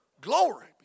Glory